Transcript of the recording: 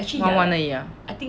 玩玩而已啊